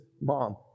mom